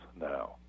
now